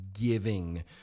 giving